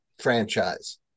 franchise